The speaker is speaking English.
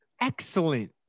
excellent